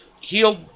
healed